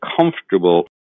comfortable